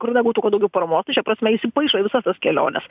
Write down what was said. kur yra būtų kuo daugiau paramos tai šia prasme įsipaišo į visas tas keliones